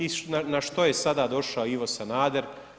I na što je sada došao Ivo Sanader?